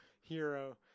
hero